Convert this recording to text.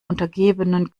untergebenen